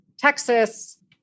Texas